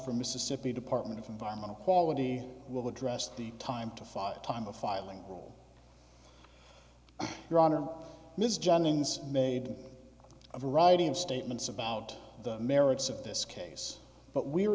from mississippi department of environmental quality will address the time to file a time of filing your honor ms jennings made a variety of statements about the merits of this case but we were